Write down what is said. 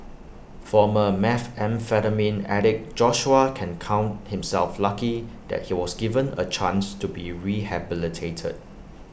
former methamphetamine addict Joshua can count himself lucky that he was given A chance to be rehabilitated